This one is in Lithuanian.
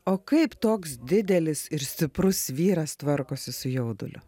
o kaip toks didelis ir stiprus vyras tvarkosi su jauduliu